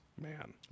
Man